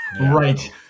Right